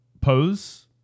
pose